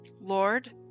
Lord